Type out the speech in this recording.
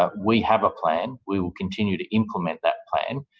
ah we have a plan. we will continue to implement that plan.